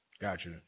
gotcha